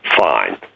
Fine